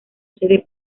sede